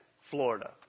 Florida